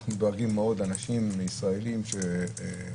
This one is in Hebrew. אנחנו דואגים מאוד לישראלים שרוצים